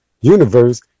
universe